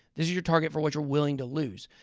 this is your target for what you're willing to lose.